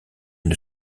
une